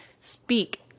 speak